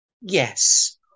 Yes